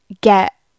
get